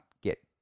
get